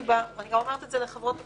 עסקתי בה, ואני אומרת את זה לחברות הכנסת,